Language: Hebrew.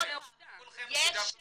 כולכם תדברו